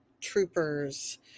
Troopers